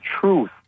truth